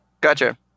Gotcha